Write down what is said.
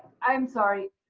i'm sorry.